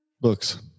Books